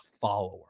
follower